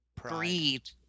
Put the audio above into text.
Greed